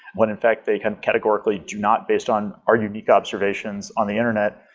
when in fact, they can categorically do not based on our unique observations on the internet,